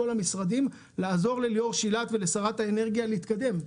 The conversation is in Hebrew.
כל המשרדים לעשות לליאור שילת ולשרת האנרגיה להתקדם.